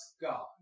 God